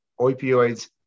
opioids